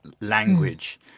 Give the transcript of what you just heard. language